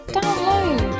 Download